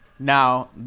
now